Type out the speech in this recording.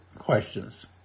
questions